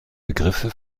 begriffe